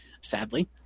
sadly